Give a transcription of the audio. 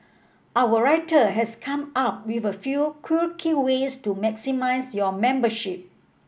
our writer has come up with a few quirky ways to maximise your membership